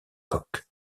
coque